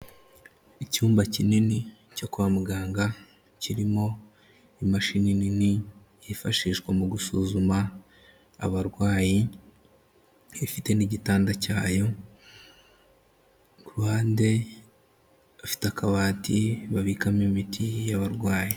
Icyumba kinini cyo kwa muganga, kirimo imashini nini yifashishwa mu gusuzuma abarwayi, ifite n'igitanda cyayo, ku ruhande bafite akabati babikamya imiti y'abarwayi.